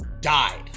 died